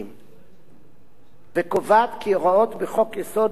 וקובעת שהוראה בחוק-יסוד לא תבוטל ולא